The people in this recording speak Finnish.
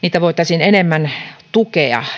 niitä voitaisiin enemmän tukea